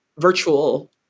virtual